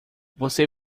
você